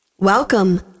Welcome